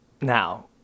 now